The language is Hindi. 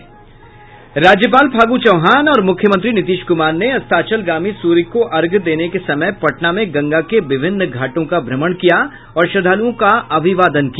राज्यपाल फागू चौहान और मुख्यमंत्री नीतीश कुमार ने अस्ताचलगामी सूर्य को अर्घ्य देने के समय पटना में गंगा के विभिन्न घाटों का भ्रमण किया और श्रद्धालुओं को अभिवादन किया